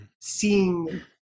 seeing